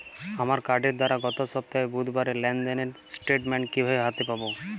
আমার কার্ডের দ্বারা গত সপ্তাহের বুধবারের লেনদেনের স্টেটমেন্ট কীভাবে হাতে পাব?